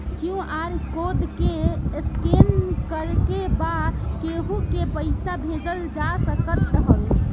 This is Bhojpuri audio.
क्यू.आर कोड के स्केन करके बा केहू के पईसा भेजल जा सकत हवे